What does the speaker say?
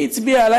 היא הצביעה עלי,